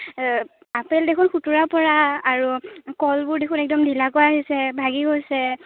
apple দেখোন সোঁতোৰা পৰা আৰু কলবোৰ দেখুন একদম ঢিলা কৈ আহিছে ভাগি গৈছে